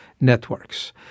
networks